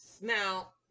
Now